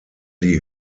die